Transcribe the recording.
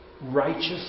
righteous